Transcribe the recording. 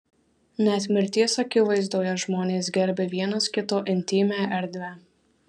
net mirties akivaizdoje žmonės gerbia vienas kito intymią erdvę